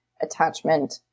attachment